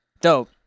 Dope